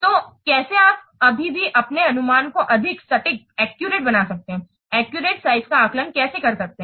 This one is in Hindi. तो कैसे आप अभी भी अपने अनुमान को अधिक सटीक बना सकते हैं एक्यूरेट साइज का आकलन कैसे कर सकते हैं